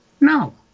No